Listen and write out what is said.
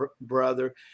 brother